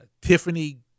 Tiffany